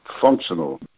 functional